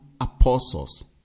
apostles